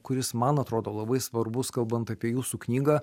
kuris man atrodo labai svarbus kalbant apie jūsų knygą